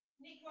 Nick